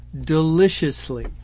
deliciously